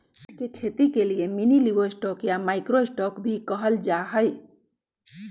कीट के खेती के मिनीलिवस्टॉक या माइक्रो स्टॉक भी कहल जाहई